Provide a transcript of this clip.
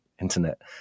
internet